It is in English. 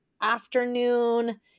afternoon